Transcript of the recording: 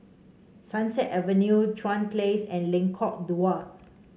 Sunset Avenue Chuan Place and Lengkok Dua